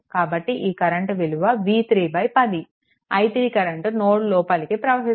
కాబట్టి ఈ కరెంట్ విలువ v310 i3 కరెంట్ నోడ్ లోపలికి ప్రవహిస్తోంది